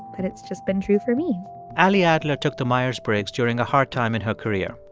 but it's just been true for me ally adler took the myers-briggs during a hard time in her career.